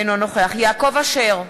אינו נוכח יעקב אשר,